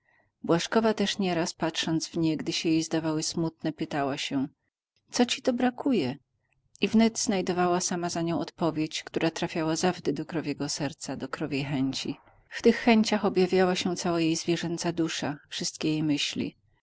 oczy błażkowa już nieraz patrząc w nie gdy się jej zdawały smutne pytała się co ci to brakuje i wnet znajdowała sama za nią odpowiedź która trafiała zawdy do krowiego serca do krowiej chęci w tych chęciach objawiała się cała jej zwierzęca dusza wszystkie jej myśli